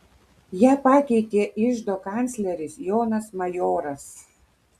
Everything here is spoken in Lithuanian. ją pakeitė iždo kancleris jonas majoras